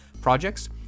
projects